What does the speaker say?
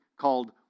called